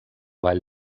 vall